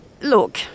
Look